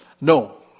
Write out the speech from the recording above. No